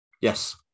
Yes